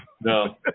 No